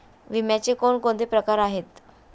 विम्याचे कोणकोणते प्रकार आहेत?